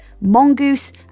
mongoose